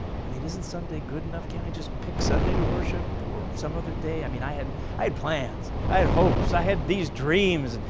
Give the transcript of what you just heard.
i mean isn't sunday good enough, can't i just pick sunday to worship or some other day, i mean, i had i had plans, i had hopes, i had these dreams. and